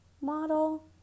model